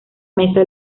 mesa